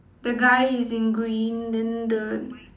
the guy is in green then the